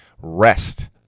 rest